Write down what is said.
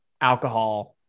alcohol